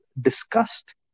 discussed